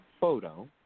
photo